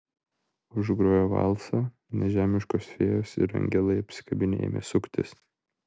užgrojo valsą nežemiškos fėjos ir angelai apsikabinę ėmė suktis